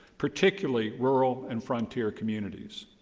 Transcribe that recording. particularly rural and frontier communities.